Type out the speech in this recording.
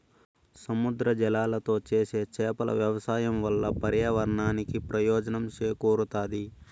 సముద్ర జలాలతో చేసే చేపల వ్యవసాయం వల్ల పర్యావరణానికి ప్రయోజనం చేకూరుతాది